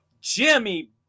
Jimmy